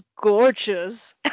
gorgeous